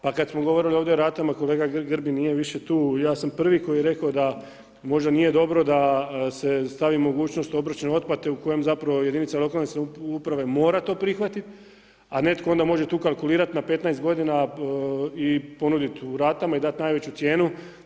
Pa kada smo govorili ovdje o ratama, kolega Grbin nije više tu i ja sam prvi koji je rekao da možda nije dobro da se stavi mogućnost obračuna otplate u kojem zapravo jedinica lokalne samouprave mora to prihvatiti a netko onda može tu kalkulirati na 15 godina i ponuditi u ratama i dati najveću cijenu.